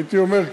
הייתי אומר,